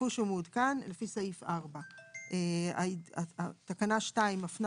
כפי שהוא מעודכן לפי סעיף 4. תקנה 2 מפנה